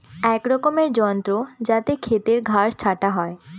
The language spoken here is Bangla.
এক রকমের যন্ত্র যাতে খেতের ঘাস ছাটা হয়